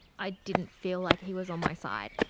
i didn't feel like he was on my side.